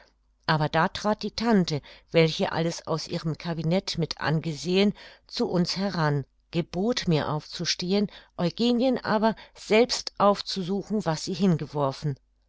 aber da trat die tante welche alles aus ihrem cabinet mit angesehen zu uns heran gebot mir aufzustehen eugenien aber selbst aufzusuchen was sie hingeworfen